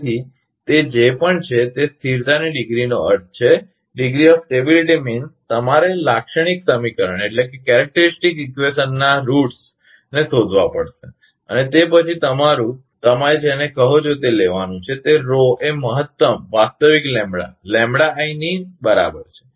તેથી તે જે પણ છે તે સ્થિરતાની ડિગ્રીનો અર્થ છે તમારે લાક્ષણિક સમીકરણના મૂળોને શોધવા પડશે અને તે પછી તમારે તમારું તમે જેને કહો છો તે લેવાનું છે તે એ મહત્તમ વાસ્તવિક લેમ્બડા I ની બરાબર છે